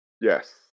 Yes